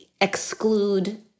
exclude